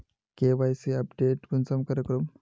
KYC update कुंसम करे करूम?